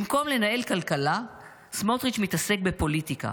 במקום לנהל כלכלה, סמוטריץ' מתעסק בפוליטיקה,